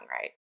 right